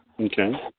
Okay